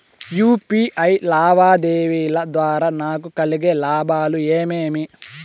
UPI లావాదేవీల ద్వారా నాకు కలిగే లాభాలు ఏమేమీ?